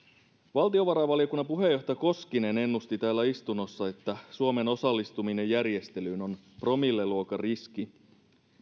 valtiovarainvaliokunnan puheenjohtaja koskinen ennusti täällä istunnossa että suomen osallistuminen järjestelyyn on promilleluokan riski